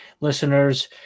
listeners